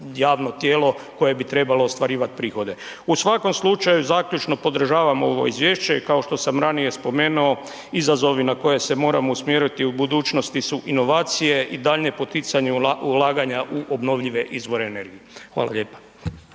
javno tijelo koje bi trebalo ostvarivat prihode. U svakom slučaju zaključno podržavam ovo izvješće i kao što sam ranije spomenuo, izazovi na koje se moramo usmjeriti u budućnosti su inovacije i daljnje poticanje ulaganja u obnovljive izvore energije. Hvala lijepa.